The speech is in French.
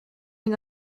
une